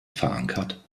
verankert